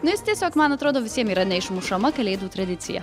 nes tiesiog man atrodo visiem yra neišmušama kalėdų tradicija